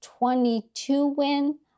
22-win